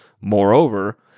Moreover